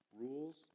rules